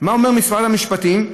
מה אומר משרד המשפטים?